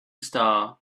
star